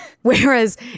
Whereas